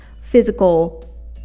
physical